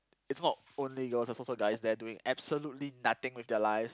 it's not only girls there's also guys there doing absolutely nothing with their lives